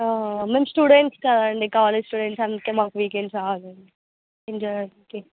మేము స్టూడెంట్స్ కదండి college students అందుకే మాకు వీకెండ్స్ కావాలి అండి ఎంజాయ్కి